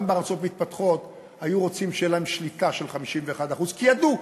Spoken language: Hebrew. גם בארצות מתפתחות היו רוצים שתהיה להם שליטה של 51%. כי ידעו,